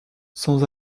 sans